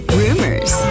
rumors